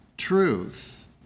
truth